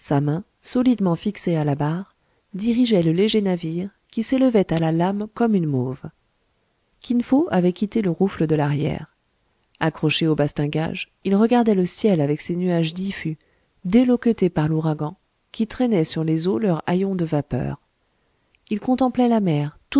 le léger navire qui s'élevait à la lame comme une mauve kin fo avait quitté le rouffle de l'arrière accroché au bastingage il regardait le ciel avec ses nuages diffus déloquetés par l'ouragan qui traînaient sur les eaux leurs haillons de vapeurs il contemplait la mer toute